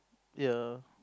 ya